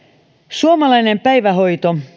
suomalainen päivähoito